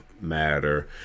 matter